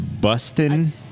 bustin